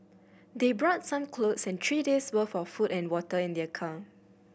they brought some clothes and three days' worth of food and water in their car